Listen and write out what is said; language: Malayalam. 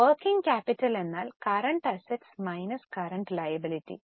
വർക്കിംഗ് ക്യാപിറ്റൽ എന്നാൽ current assets minus current liability